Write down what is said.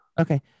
Okay